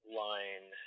line